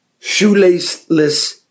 shoelaceless